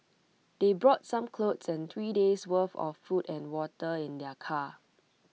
they brought some clothes and three days' worth of food and water in their car